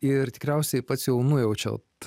ir tikriausiai pats jau nujaučiat